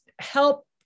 help